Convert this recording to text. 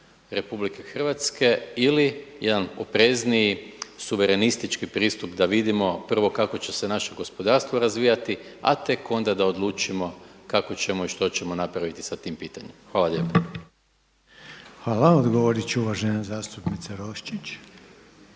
uniju RH ili jedan oprezniji, suverenistički pristup da vidimo, prvo kako će se naše gospodarstvo razvijati, a tek onda da odlučimo kako ćemo i što ćemo napraviti sa tim pitanjem? Hvala lijepa. **Reiner, Željko (HDZ)** Hvala. Odgovorit će uvažena zastupnica Roščić.